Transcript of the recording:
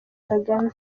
kagame